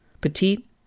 Petite